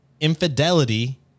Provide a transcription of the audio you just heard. infidelity